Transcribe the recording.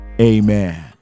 amen